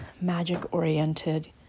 magic-oriented